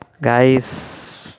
Guys